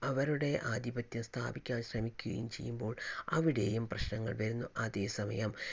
അവരുടെ ആധിപത്യം സ്ഥാപിക്കാൻ ശ്രമിക്കുകയും ചെയ്യുമ്പോൾ അവിടെയും പ്രശ്നങ്ങൾ വരുന്നു അതേസമയം